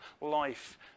life